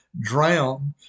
drowned